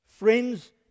friends